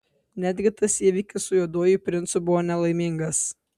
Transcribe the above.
netgi tas įvykis su juoduoju princu buvo nelaimingas